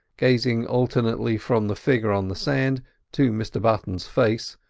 gazing alternately from the figure on the sand to mr button's face,